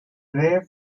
ray